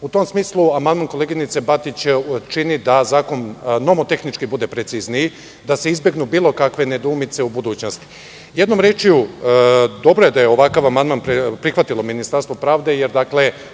U tom smislu amandman koleginice Batić čini da zakon nomo-tehnički bude precizniji, da se izbegnu bilo kakve nedoumice u budućnosti. Jednom rečju, dobro je da je ovakav amandman prihvatilo Ministarstvo pravde, jer